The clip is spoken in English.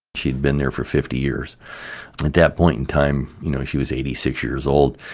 she'd been there for fifty years. at that point in time, you know, she was eighty six years old.